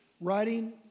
writing